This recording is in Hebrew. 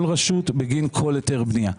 כל רשות בגין כל היתר בנייה.